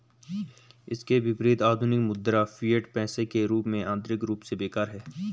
इसके विपरीत, आधुनिक मुद्रा, फिएट पैसे के रूप में, आंतरिक रूप से बेकार है